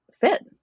fit